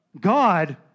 God